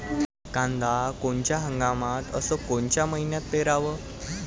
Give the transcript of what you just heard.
कांद्या कोनच्या हंगामात अस कोनच्या मईन्यात पेरावं?